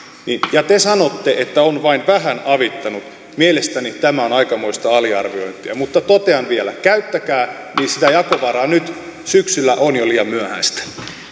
ja te sanotte että on vain vähän avittanut mielestäni tämä on aikamoista aliarviointia mutta totean vielä käyttäkää sitä jakovaraa nyt syksyllä on jo liian myöhäistä